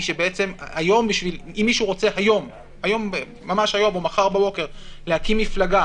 אם מישהו רוצה מחק בבוקר להקים מפלגה